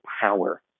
power